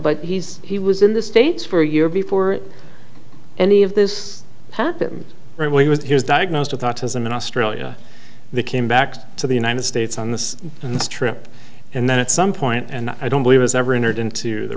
but he's he was in the states for a year before it any of this happened when he was he was diagnosed with autism in australia they came back to the united states on the ns trip and then at some point and i don't believe was ever entered into the